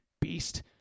beast